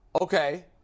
okay